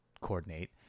coordinate